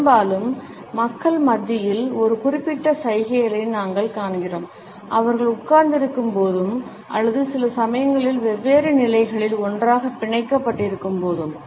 பெரும்பாலும் மக்கள் மத்தியில் ஒரு குறிப்பிட்ட சைகையை நாங்கள் காண்கிறோம் அவர்கள் உட்கார்ந்திருக்கும்போதும் அல்லது சில சமயங்களில் வெவ்வேறு நிலைகளில் ஒன்றாகப் பிணைக்கப்பட்டிருக்கும் போதும்